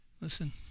Listen